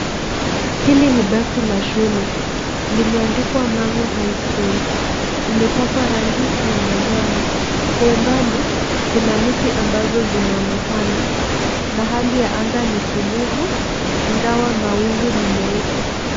Hili ni basi la shule, limeandikwa Mang'u High School, imepakwa rangi ya manjano. Kwa umbali, kuna miti ambazo zinaonekana na hali ya anga ni tulivu, ingawa mawingu ni nyeupe.